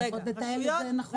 --- לפחות לתאם את זה נכון.